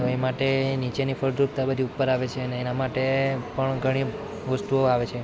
તો એ માટે નીચેની ફળદ્રુપતા બધી ઉપર આવે છે અને એના માટે પણ ઘણી વસ્તુઓ આવે છે